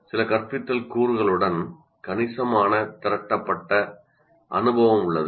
சில கற்பித்தல் கூறுகளுடன் கணிசமான திரட்டப்பட்ட அனுபவம் உள்ளது